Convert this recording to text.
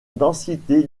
densité